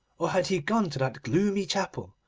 or had he gone to that gloomy chapel,